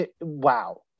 Wow